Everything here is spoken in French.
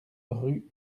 rue